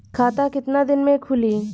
खाता कितना दिन में खुलि?